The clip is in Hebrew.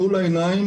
מול העיניים,